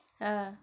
ah